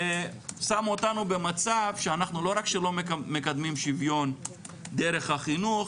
ושמו אותנו במצב שאנחנו לא רק שלא מקדמים שיוויון דרך החינוך,